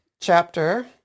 chapter